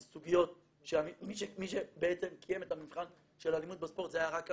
אלה סוגיות שמי שבעצם קיים את המבחן של ההגינות בספורט זה היה רק המשרד.